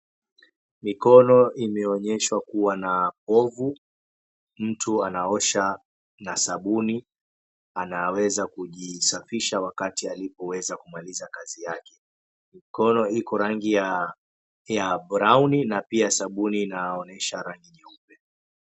Mikono imeonyeshwa kuwa na povu. Mtu anaosha na sabuni anaweza kujisafisha wakati alipoweza kumaliza kazi yake. Mikono iko rangi ya brown na pia sabuni inaonyesha rangi nyeupe.